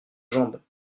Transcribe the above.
jambe